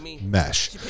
Mesh